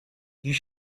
you